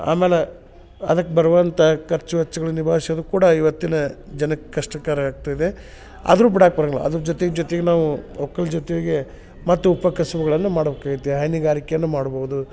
ಆಮೇಲೆ ಅದಕ್ಕೆ ಬರುವಂಥ ಖರ್ಚು ವೆಚ್ಚಗಳು ನಿಭಾಯಿಸೋದು ಕೂಡ ಇವತ್ತಿನ ಜನಕ್ಕೆ ಕಷ್ಟಕರ ಆಗ್ತದೆ ಆದರೂ ಬಿಡಾಕೆ ಬರಂಗಿಲ್ಲ ಅದ್ರ ಜೊತೆ ಜೊತೆಗೆ ನಾವು ಒಕ್ಕಲ ಜೊತೆಗೆ ಮತ್ತು ಉಪ ಕಸುಬುಗಳನ್ನ ಮಾಡಬೇಕಾಗ್ಯೈತಿ ಹೈನುಗಾರಿಕೆಯನ್ನು ಮಾಡ್ಬೋದು